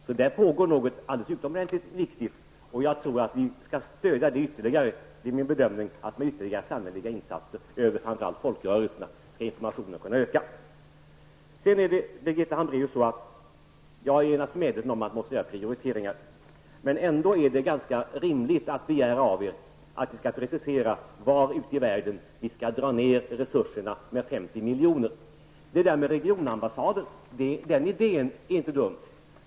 Det pågår alltså något alldeles utomordentligt viktigt. Jag tror att vi skall stödja det ytterligare. Det är min bedömning att informationen skall kunna öka genom ytterligare samhälleliga insatser över framför allt folkrörelserna. Jag är, Birgitta Hambraeus, naturligtvis medveten om att man måste göra prioriteringar, men ändå är det ganska rimligt att begära av er att ni skall precisera var ute i världen vi skall dra ned på resurserna med 50 miljoner. Idén om regionambassader är inte dum.